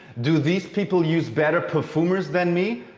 do these people use better perfumers than me?